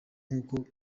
nkuko